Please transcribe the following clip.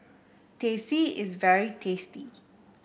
Teh C is very tasty